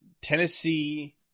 Tennessee